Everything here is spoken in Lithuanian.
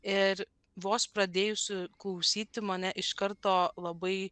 ir vos pradėjusi klausyti mane iš karto labai